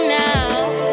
now